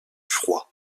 froid